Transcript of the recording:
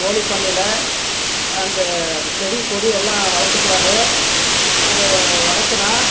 கோழி பண்ணையில் அந்தச் செடி கொடி எல்லாம் வளர்த்தக் கூடாது அதை வளர்த்துனா